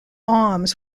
arms